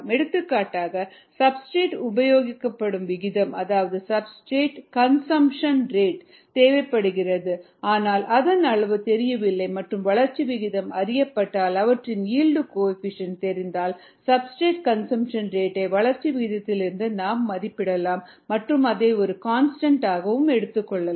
எடுத்துக்காட்டாக சப்ஸ்டிரேட் உபயோகப்படும் விகிதம் அதாவது சப்ஸ்டிரேட் கன்சம்ப்ஷன் ரேட் தேவைப்படுகிறது ஆனால் அதன் அளவு தெரியவில்லை மற்றும் வளர்ச்சி விகிதம் அறியப்பட்டால் அவற்றின் ஈல்டு கோஎஃபீஷியேன்ட் தெரிந்தால்சப்ஸ்டிரேட் கன்சம்ப்ஷன் ரேட் டை வளர்ச்சி விகிதத்திலிருந்து நாம் மதிப்பிடலாம் மற்றும் அதை ஒரு கான்ஸ்டன்ட் ஆக எடுத்துக் கொள்ளலாம்